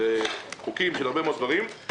של הרבה מאוד דברים,